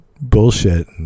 bullshit